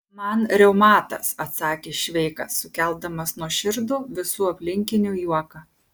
man reumatas atsakė šveikas sukeldamas nuoširdų visų aplinkinių juoką